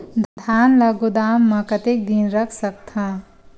धान ल गोदाम म कतेक दिन रख सकथव?